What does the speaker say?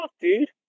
dude